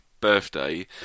birthday